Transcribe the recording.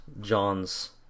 John's